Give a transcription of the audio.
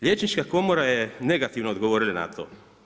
Liječnička komora je negativno odgovorila na to.